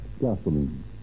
gasoline